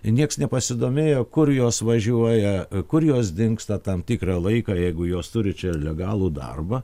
niekas nepasidomėjo kur jos važiuoja kur jos dingsta tam tikrą laiką jeigu jos turi čia legalų darbą